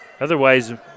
Otherwise